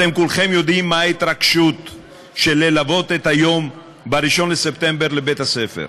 אתם כולכם יודעים מה ההתרגשות של ללוות ביום 1 בספטמבר לבית-הספר.